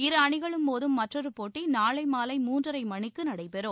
இரு அணிகளும் மோதும் மற்றொரு போட்டி நாளை மாலை மூன்றரை மணிக்கு நடைபெறும்